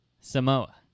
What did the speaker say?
Samoa